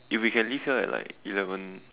if we can leave here at like eleven